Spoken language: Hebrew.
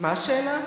מה השאלה?